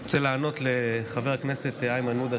אני רוצה לענות לחבר הכנסת איימן עודה,